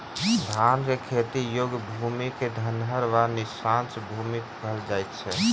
धानक खेती योग्य भूमि क धनहर वा नीचाँस भूमि कहल जाइत अछि